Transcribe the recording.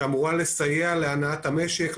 היא אמורה לסייע להנעת המשק,